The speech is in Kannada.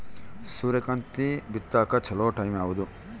ಸೂರ್ಯಕಾಂತಿ ಬಿತ್ತಕ ಚೋಲೊ ಟೈಂ ಯಾವುದು?